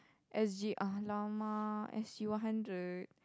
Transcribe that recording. S_G !alamak! S_G one hundred